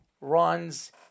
runs